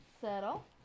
Settle